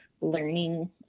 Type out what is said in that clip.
learning